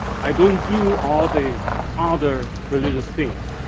i don't do all the other religious thing.